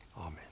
Amen